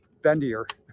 bendier